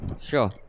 Sure